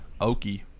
okie